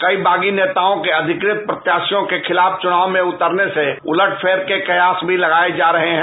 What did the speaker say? कई बागी नेताओं के अधिकृत प्रत्याशियों के खिलाफ चुनाव में उतरने से उलट फेर के कयास भी लगाये जा रहे हैं